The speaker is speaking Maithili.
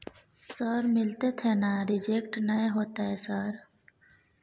सर मिलते थे ना रिजेक्ट नय होतय सर?